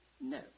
No